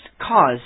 cause